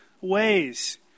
ways